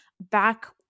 Back